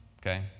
Okay